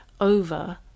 over